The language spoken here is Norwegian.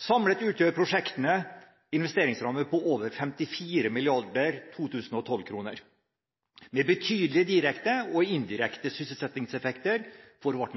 Samlet utgjør prosjektene investeringsrammer på over 54 mrd. 2012-kroner med betydelige direkte og indirekte sysselsettingseffekter for vårt